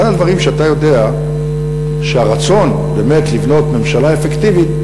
אחד הדברים שאתה יודע הוא שהרצון באמת לבנות ממשלה אפקטיבית,